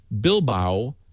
Bilbao